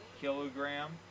kilogram